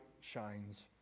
shines